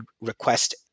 request